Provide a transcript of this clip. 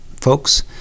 folks